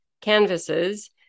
canvases